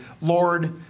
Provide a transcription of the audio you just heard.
Lord